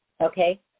okay